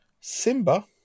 Simba